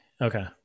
Okay